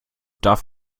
darf